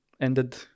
ended